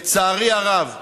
לצערי הרב,